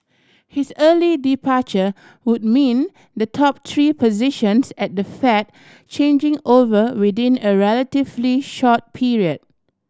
his early departure would mean the top three positions at the Fed changing over within a relatively short period